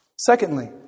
Secondly